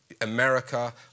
America